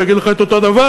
הוא יגיד לך את אותו דבר.